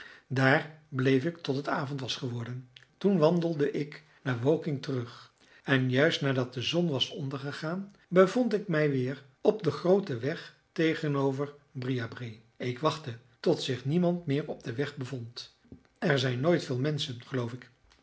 daar bleef ik tot het avond was geworden toen wandelde ik naar woking terug en juist nadat de zon was ondergegaan bevond ik mij weer op den grooten weg tegenover briarbrae ik wachtte tot zich niemand meer op den weg bevond er zijn nooit veel menschen geloof ik en